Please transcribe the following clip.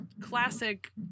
classic